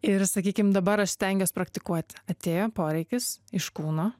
ir sakykim dabar aš stengiuos praktikuoti atėjo poreikis iš kūno